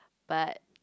but